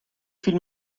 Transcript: فیلم